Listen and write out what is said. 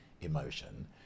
emotion